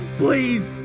please